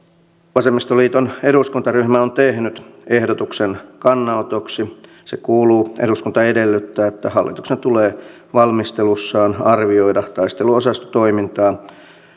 vasemmistoliiton eduskuntaryhmä on tehnyt ehdotuksen kannanotoksi se kuuluu eduskunta edellyttää että hallituksen tulee valmistelussaan arvioida taisteluosastotoimintaan